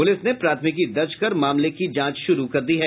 police ने प्राथमिकी दर्ज कर मामले की जांच शुरू कर दी है